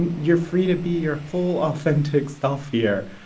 and you're free to be your full authentic self here.